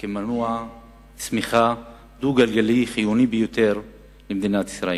מנוע צמיחה דו-גלגלי חיוני ביותר למדינת ישראל,